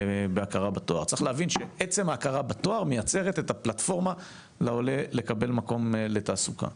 ההכרה בתואר מייצרת את הפלטפורמה לעולה לקבל מקום לתעסוקה.